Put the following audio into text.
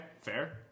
Fair